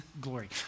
glory